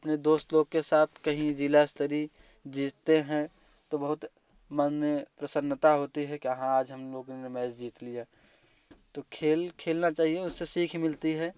अपने दोस्तों लोग के साथ कहीं जिला स्तरीय जीतते हैं तो बहुत मन में प्रसन्नता होती है की हाँ आज हम लोगों ने मैच जीत लिया तो खेल खेलना चाहिए उससे सीख मिलती है